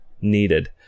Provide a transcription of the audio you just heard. needed